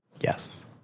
Yes